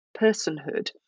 personhood